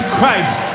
Christ